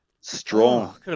Strong